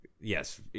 Yes